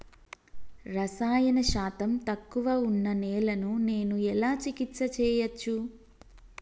రసాయన శాతం తక్కువ ఉన్న నేలను నేను ఎలా చికిత్స చేయచ్చు?